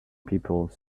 people